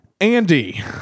Andy